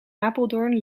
apeldoorn